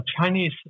Chinese